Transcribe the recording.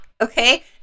Okay